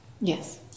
Yes